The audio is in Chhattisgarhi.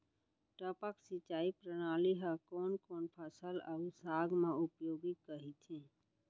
टपक सिंचाई प्रणाली ह कोन कोन फसल अऊ साग म उपयोगी कहिथे?